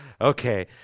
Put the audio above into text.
okay